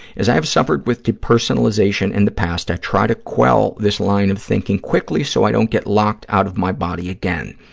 as i have suffered with depersonalization in the past, i try to quell this line of thinking quickly so i don't get locked out of my body again.